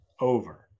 over